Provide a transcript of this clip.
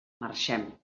marxem